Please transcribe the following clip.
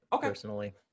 personally